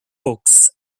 books